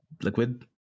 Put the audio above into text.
liquid